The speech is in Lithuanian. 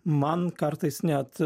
man kartais net